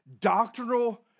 doctrinal